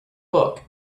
book